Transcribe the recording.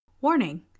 Warning